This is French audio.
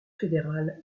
fédéral